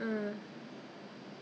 but this sanitizer thing